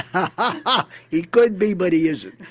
and he could be but he isn't.